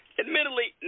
admittedly